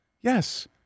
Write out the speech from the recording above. Yes